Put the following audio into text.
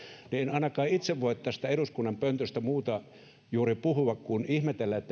ainakaan itse en voi tästä eduskunnan pöntöstä muuta juuri puhua kuin ihmetellä